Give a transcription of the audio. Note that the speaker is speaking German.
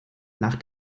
nach